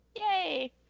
Yay